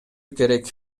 керек